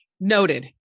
Noted